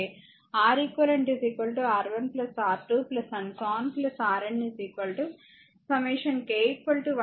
Rn k 1N Rk అవుతుంది